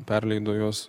perleido juos